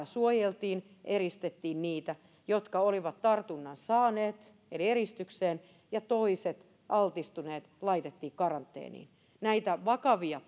suojeltiin eristettiin niitä jotka olivat tartunnan saaneet eli eristykseen ja toiset altistuneet laitettiin karanteeniin näitä vakavia